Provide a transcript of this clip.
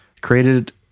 created